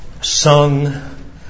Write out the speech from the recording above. sung